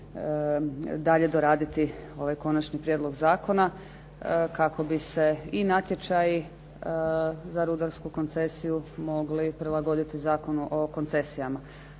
dalje doraditi ovaj konačni prijedlog zakona kako bi se i natječaj za rudarsku koncesiju mogli prilagoditi Zakonu o koncesijama.